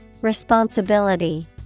Responsibility